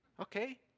Okay